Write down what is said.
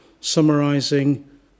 summarising